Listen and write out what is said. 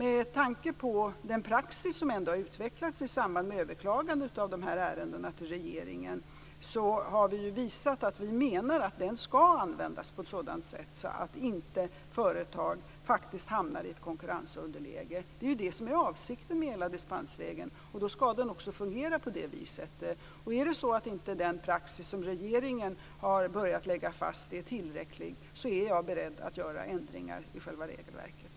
I och med den praxis som har utvecklats i samband med överklaganden av de här ärendena till regeringen har vi visat att vi menar att den skall användas på ett sådant sätt att företag inte hamnar i konkurrensunderläge. Det är det som är avsikten med hela dispensregeln, och då skall den också fungera på det viset. Om den praxis som regeringen har börjat lägga fast inte är tillräcklig är jag beredd att göra ändringar i själva regelverket.